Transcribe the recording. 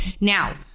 now